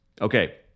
Okay